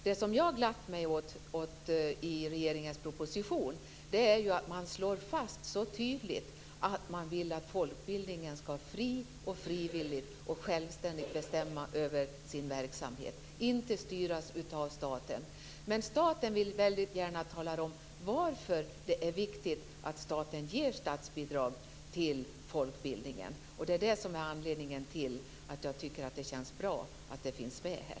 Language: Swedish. Det som jag har glatt mig åt i regeringens proposition är att man så tydligt slår fast att man vill att folkbildningen fritt och självständigt skall bestämma över sin verksamhet och inte styras av staten. Men staten vill väldigt gärna tala om varför det är viktigt att staten ger statsbidrag till folkbildningen. Det är det som är anledningen till att jag tycker att det känns bra att formuleringen finns med här.